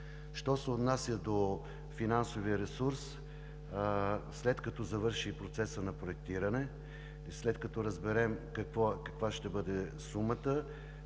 Що се отнася до финансовия ресурс, след като завърши процесът на проектиране и след като разберем каква ще бъде сумата,